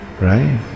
right